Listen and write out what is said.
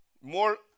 More